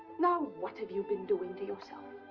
now, what have you been doing to yourself?